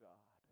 God